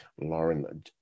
Lauren